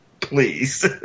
Please